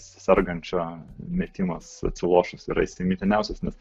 sergančio metimas atsilošus yra įsimintiniausias nes